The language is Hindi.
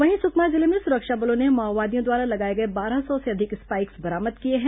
वहीं सुकमा जिले में सुरक्षा बलों ने माओवादियों द्वारा लगाए गए बारह सौ से अधिक स्पाइक्स बरामद किए हैं